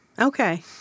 Okay